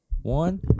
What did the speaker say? One